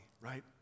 right